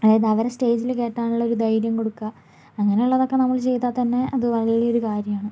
അതായത് അവരെ സ്റ്റേജിൽ കയറ്റാനുള്ള ഒരു ധൈര്യം കൊടുക്കുക അങ്ങനെയുള്ളതൊക്കെ നമ്മൾ ചെയ്താൽതന്നെ അത് വലിയൊരു കാര്യമാണ്